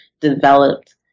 developed